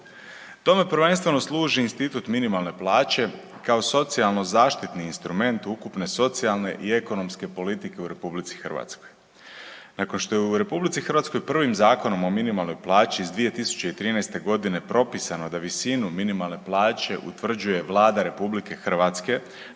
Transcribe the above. Tome prvenstveno služi institut minimalne plaće kao socijalno zaštitni instrument ukupne socijalne i ekonomske politike u RH. Nakon što je u RH prvim Zakonom o minimalnoj plaći iz 2013.g. propisano da visinu minimalne plaće utvrđuje Vlada RH na